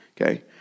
Okay